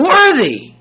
Worthy